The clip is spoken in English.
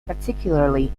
particularly